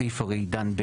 הסעיף הרי דן,